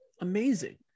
amazing